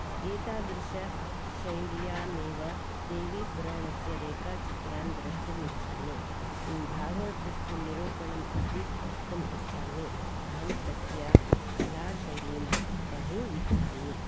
एतादृशशैल्यामेव देवीपुराणस्य रेखाचित्रान् द्रष्टुम् इच्छामि भागवतस्य निरूपणम् अपि द्रष्टुम् इच्छामि अहं तस्य कलाशैलीं बहु इच्छामि